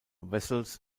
vessels